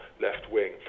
left-wing